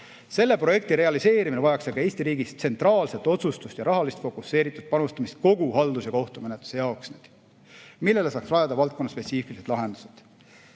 Selle projekti realiseerimine vajaks aga Eesti riigis tsentraalset otsustust ja rahalist fokuseeritud panustamist kogu haldus‑ ja kohtumenetluse jaoks, millele saaks rajada valdkonnaspetsiifilised lahendused.